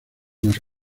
más